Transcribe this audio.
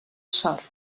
sort